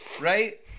right